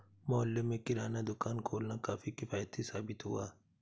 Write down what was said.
मोहल्ले में किराना दुकान खोलना काफी किफ़ायती साबित हुआ